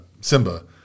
Simba